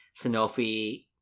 Sanofi